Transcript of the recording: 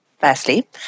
Firstly